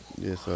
Yes